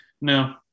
No